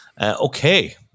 Okay